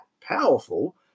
powerful